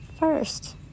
first